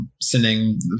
sending